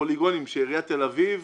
של עיריית תל אביב,